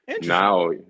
now